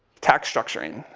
tax structuring,